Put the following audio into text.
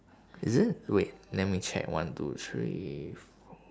is it wait let me check one two three four